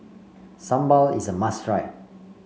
Sambal is a must try